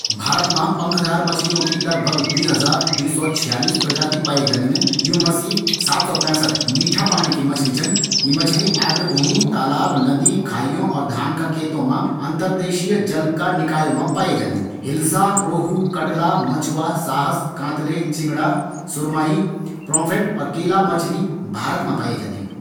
भारत मा पँखदार मछली की लगभग दो हज़ार दो सौ छियालीस प्रजाति पायी जांदिन। यूँ मा सी सात सौ पैसठ मीठा पाणी की मछली छन। यी मछली आर्द्र भूमि, तालाब, नदी, खाइयों और धान का खेतों मा अंतरदेशीय जल का निकायों मा पाए जांदिन। हिलसा, रोहू, कटला, मछुआ, साहस, कातले, चिंगड़ा, सुरमाइ, प्रोम्फेट और केंला मछली भारत मा पाए जांदिन।